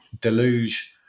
deluge